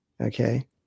Okay